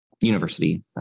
university